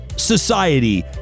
society